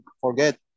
forget